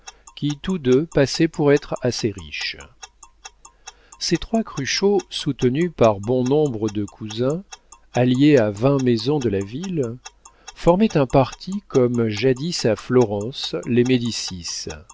qui tous deux passaient pour être assez riches ces trois cruchot soutenus par bon nombre de cousins alliés à vingt maisons de la ville formaient un parti comme jadis à florence les médicis